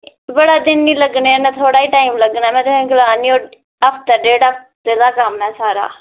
जादै दिन निं लग्गने आह्ला हफ्ते डेढ़ हफ्ते दा कम्म ऐ सारा